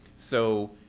so